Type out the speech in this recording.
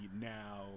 now